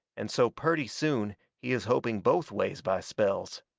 and so purty soon he is hoping both ways by spells.